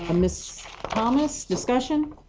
ah miss thomas. discussion?